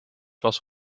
was